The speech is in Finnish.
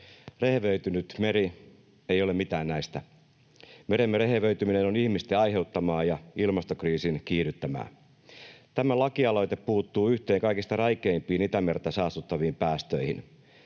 Rehevöitynyt meri ei ole mitään näistä. Meremme rehevöityminen on ihmisten aiheuttamaa ja ilmastokriisin kiihdyttämää. Tämä lakialoite puuttuu yhteen kaikista räikeimpiin Itämerta saastuttaviin päästöihin